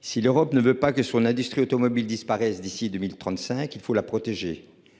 Si l'Europe ne veut pas que son industrie automobile disparaissent d'ici 2035. Il faut la protéger.